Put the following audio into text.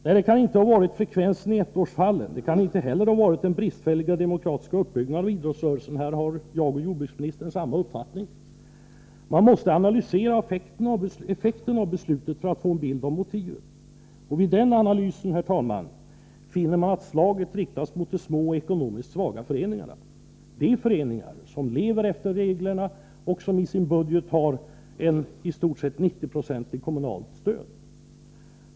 Nej, orsaken kan inte ha varit frekvensen ettårsfall, och inte heller att man ansåg att det fanns brister i idrottsrörelsens demokratiska uppbyggnad. Här har jordbruksministern och jag samma uppfattning. Man måste analysera effekten av beslutet, för att få en bild av motivet. Vid den analysen, herr talman, finner man att slaget riktas mot de små och ekonomiskt svaga föreningarna — de föreningar som lever efter reglerna och som till sin budget får ett i stort sett 90-procentigt kommunalt stöd.